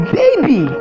baby